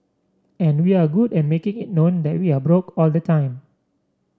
and we're good at making it known that we are broke all the time